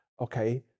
Okay